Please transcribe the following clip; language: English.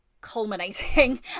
culminating